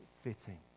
fitting